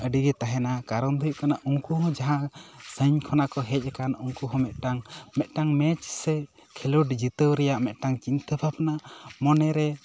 ᱟᱹᱰᱤ ᱜᱮ ᱛᱟᱦᱮᱸᱱᱟ ᱠᱟᱨᱚᱱ ᱫᱚ ᱦᱩᱭᱩᱜ ᱠᱟᱱᱟ ᱩᱱᱠᱩᱦᱚᱸ ᱡᱟᱦᱟᱸ ᱥᱟᱹᱜᱤᱧ ᱠᱷᱚᱱᱟᱜ ᱠᱚ ᱦᱮᱡ ᱟᱠᱟᱱ ᱩᱱᱠᱩ ᱦᱚᱸ ᱢᱤᱫ ᱴᱟᱝ ᱢᱤᱫᱴᱟᱝ ᱢᱮᱪ ᱥᱮ ᱠᱷᱮᱞᱳᱰ ᱡᱤᱛᱟᱹᱣ ᱨᱮᱭᱟᱜ ᱢᱤᱫᱴᱟᱝ ᱪᱤᱱᱛᱟᱹ ᱵᱷᱟᱵᱱᱟ ᱢᱚᱱᱮ ᱨᱮ